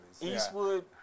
Eastwood